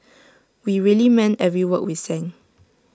we really meant every word we sang